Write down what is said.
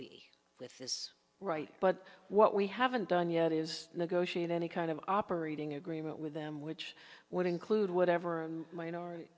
be with this right but what we haven't done yet is negotiate any kind of operating agreement with them which would include whatever